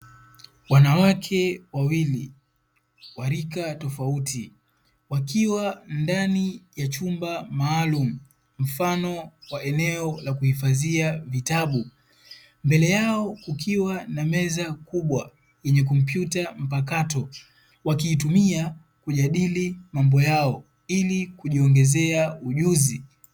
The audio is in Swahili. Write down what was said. Wanawake wawili wa rika tofauti wakiwa ndani ya chumba maalumu mfano wa eneo la kuhifadhia vitabu, mbele yao kukiwa na meza kubwa yenye kompyuta mpakato wakiitumia kujadili mambo yao ili kujiongezea ujuzi.